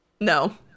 No